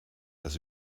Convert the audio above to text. das